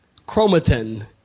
Chromatin